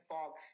Fox